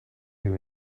you